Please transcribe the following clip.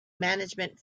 management